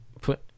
put